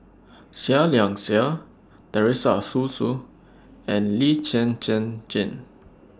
Seah Liang Seah Teresa Hsu and Lee Zhen Zhen Jane